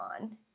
on